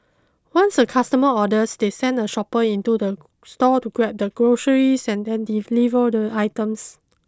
once a customer orders they send a shopper into the store to grab the groceries and then deliver the items